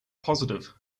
positive